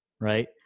right